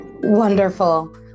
wonderful